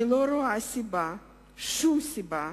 אני לא רואה סיבה, שום סיבה,